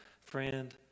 friend